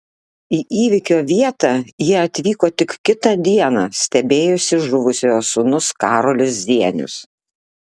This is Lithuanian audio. į įvykio vietą jie atvyko tik kitą dieną stebėjosi žuvusiojo sūnus karolis zienius